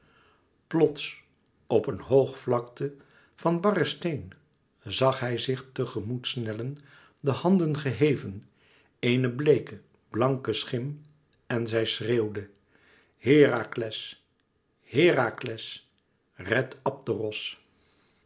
plots op een hoogvlakte van barren steen zag hij zich te gemoet snellen de handen geheven eene bleeke blanke schim en zij schreeuwde herakles herakles red abderos